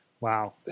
Wow